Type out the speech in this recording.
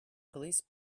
police